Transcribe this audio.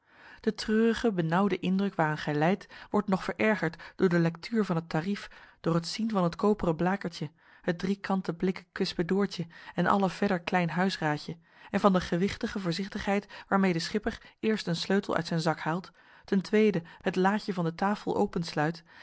de treurige benauwde indruk waaraan gij lijdt wordt nog verergerd door de lectuur van het tarief door het zien van het koperen blakertje het driekante blikken kwispedoortje en alle verder klein huisraadje en van de gewichtige voorzichtigheid waarmee de schipper eerst een sleutel uit zijn zak haalt ten tweede het laatje van de tafel